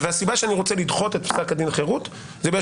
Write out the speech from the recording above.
הסיבה שאני רוצה לדחות את פסק דין חרות בגלל